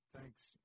Thanks